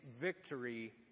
victory